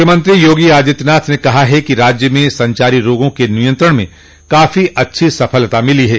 मुख्यमंत्री योगी आदित्यनाथ ने कहा कि राज्य में संचारी रोगों के नियंत्रण में काफी अच्छी सफलता मिली है